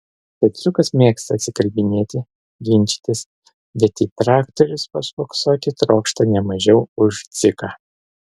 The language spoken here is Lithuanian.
petriukas mėgsta atsikalbinėti ginčytis bet į traktorius paspoksoti trokšta ne mažiau už dziką